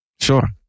Sure